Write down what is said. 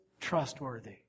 Trustworthy